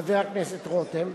חבר הכנסת רותם,